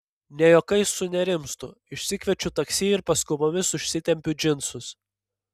ne juokais sunerimstu išsikviečiu taksi ir paskubomis užsitempiu džinsus